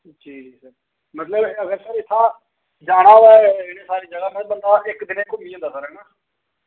जी जी सर मतलब अगर सर इत्थूं दा जाना होऐ सारी जगह बंदा इक दिन च घूमी औंदा सर सारी जगह है ना